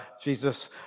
Jesus